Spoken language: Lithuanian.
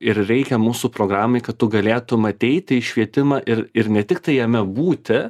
ir reikia mūsų programai kad tu galėtum ateiti į į švietimą ir ir ne tiktai jame būti